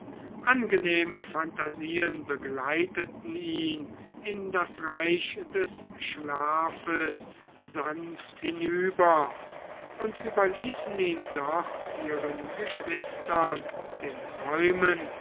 angenehme phantasien begleiteten ihn in das reich des schlafes sanft hinüber und überließen ihn dort ihren geschwistern den träumen